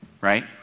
right